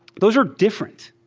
those are different.